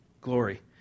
glory